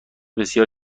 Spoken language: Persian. بسیار